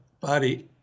body